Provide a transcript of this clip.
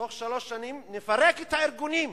"תוך שלוש שנים נפרק את הארגונים,